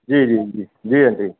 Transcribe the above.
जी जी जी जी आंटी